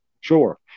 Sure